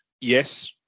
yes